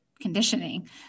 conditioning